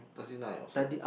thirty nine or so